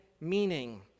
meaning